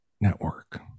Network